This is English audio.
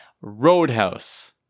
Roadhouse